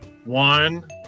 One